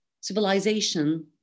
civilization